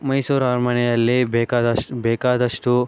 ಮೈಸೂರು ಅರಮನೆಯಲ್ಲಿ ಬೇಕಾದಷ್ಟು ಬೇಕಾದಷ್ಟು